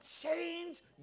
change